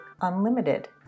unlimited